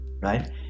right